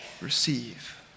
receive